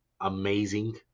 amazing